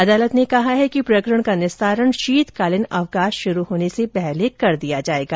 अदालत ने कहा है कि प्रकरण का निस्तारण शीतकालीन अवकाश शुरू होने से पहले कर दिया जाएगा